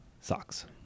socks